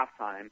halftime